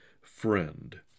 friend